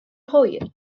hwyr